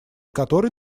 которой